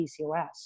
PCOS